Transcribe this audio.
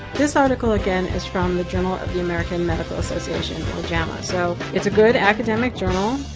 this article, again, is from the journal of the american medical association, or jama. so it's a good academic journal.